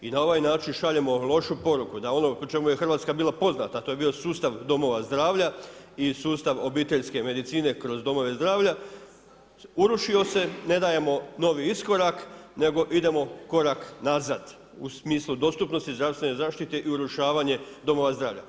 I na ovaj način šaljemo lošu poruku, da ono pri čemu je Hrvatska bila poznata, to je bio sustav domova zdravlja i sustav obiteljske medicine kroz domove zdravlja, urušio se ne dajemo novi iskorak, nego idemo krak nazad u smislu dostupnosti zdravstvene zaštite i urušavanje domova zdravlja.